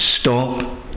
stop